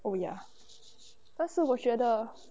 oh ya 但是我觉得